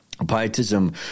Pietism